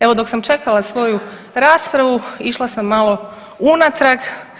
Evo dok sam čekala svoju raspravu išla sam malo unatrag.